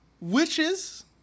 Witches